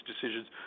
decisions